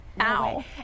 ow